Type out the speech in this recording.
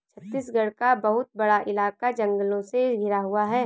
छत्तीसगढ़ का बहुत बड़ा इलाका जंगलों से घिरा हुआ है